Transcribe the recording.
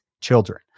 children